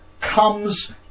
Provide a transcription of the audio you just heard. comes